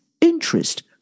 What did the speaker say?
interest